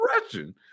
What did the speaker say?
Russian